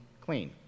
clean